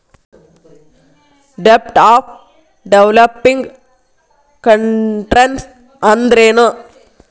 ಡೆಬ್ಟ್ of developing countries ಅಂದ್ರೇನು?